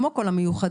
כמו כל המיוחדים,